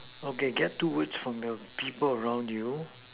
okay get two words from the people around you